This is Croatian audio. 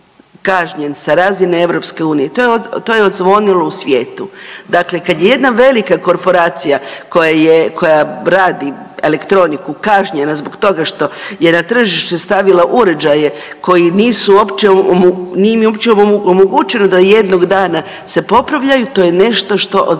kažnjen sa razine EU, to je odzvonilo u svijetu. Dakle, kad je jedna velika korporacija koja je, koja radi elektroniku je kažnjena zbog toga što je na tržište stavila uređaje koji nisu uopće, nije im uopće omogućeno da jednog dana se popravljaju, to je nešto što odzvanja